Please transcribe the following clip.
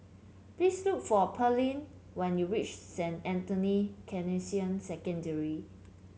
please look for Pairlee when you reach Saint Anthony's Canossian Secondary